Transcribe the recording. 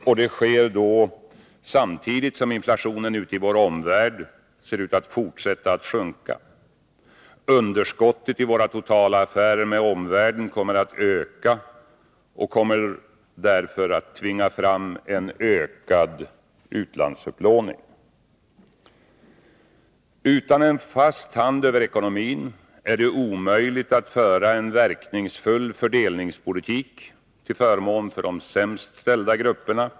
Detta sker samtidigt som inflationen ute i vår omvärld ser ut att fortsätta att sjunka. Underskottet i våra totala affärer med omvärlden kommer att öka och kommer därför att tvinga fram en ökad utlandsupplåning. Utan en fast hand över ekonomin är det omöjligt att föra en verkningsfull fördelningspolitik till förmån för de sämst ställda grupperna.